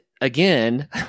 again